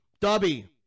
Dubby